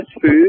food